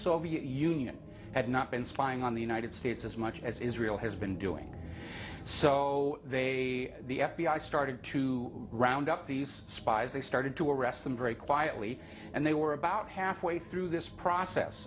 soviet union had not been spying on the united states as much as israel has been doing so they the f b i started to round up these spies they started to arrest them very quietly and they were about halfway through this process